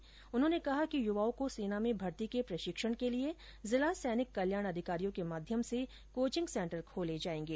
श्री खाचरियावास ने कहा कि युवाओं को सेना में भर्ती के प्रशिक्षण के लिये जिला सैनिक कल्याण अधिकारियों के माध्यम से कोचिंग सेन्टर खोले जायेंगे